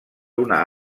una